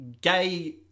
gay